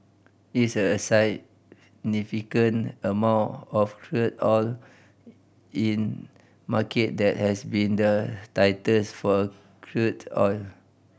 it's a amount of crude oil in market that has been the tightest for crude oil